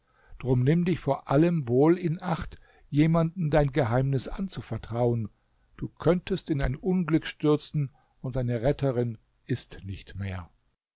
drum nimm dich vor allem wohl in acht jemanden dein geheimnis anzuvertrauen du könntest in ein unglück stürzen und deine retterin ist nicht mehr